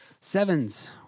Sevens